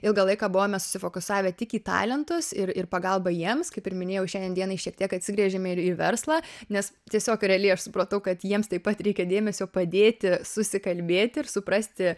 ilgą laiką buvome susifokusavę tik į talentus ir ir pagalbą jiems kaip ir minėjau šiandien dienai šiek tiek atsigręžėme ir į verslą nes tiesiog realiai aš supratau kad jiems taip pat reikia dėmesio padėti susikalbėti ir suprasti